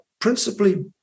principally